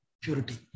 purity